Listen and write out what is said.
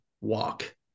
walk